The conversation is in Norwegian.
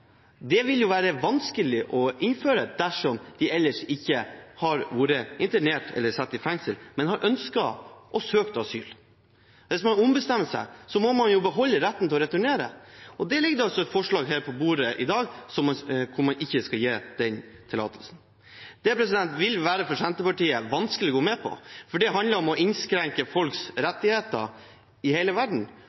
vil være vanskelig å innføre dersom de ikke har vært internert eller sittet i fengsel, men har ønsket og søkt asyl. Hvis man ombestemmer seg, må man jo beholde retten til å returnere. Det ligger altså forslag på bordet i dag om at man ikke skal gi den tillatelsen. Det vil for Senterpartiet være vanskelig å gå med på, for det handler om å innskrenke folks rettigheter i hele verden,